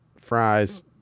fries